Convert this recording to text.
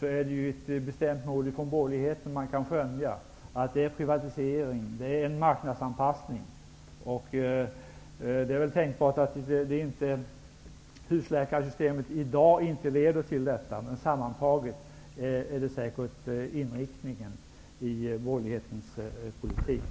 kan man skönja ett bestämt mål från borgerlighetens sida, nämligen att det är fråga om en privatisering och marknadsanpassning. Det är väl tänkbart att dagens förslag om ett husläkarsystem inte leder till det. Men sammantaget är detta säkert inriktningen i borgerlighetens politik.